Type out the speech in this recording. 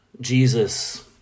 Jesus